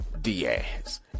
Diaz